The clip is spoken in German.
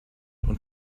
und